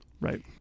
Right